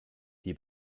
die